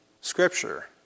Scripture